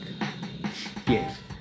Yes